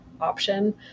option